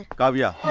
kavya?